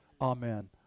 Amen